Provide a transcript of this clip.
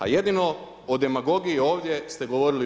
A jedino o demagogiji ovdje ste govorili vi.